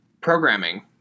programming